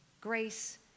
Grace